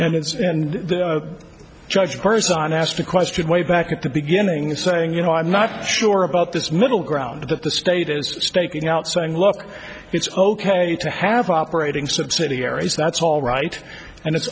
and it's and the judge person asked a question way back at the beginning saying you know i'm not sure about this middle ground that the state is staking out saying look it's ok to have operating subsidiaries that's all right and it's